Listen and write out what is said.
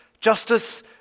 justice